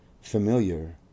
familiar